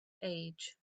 age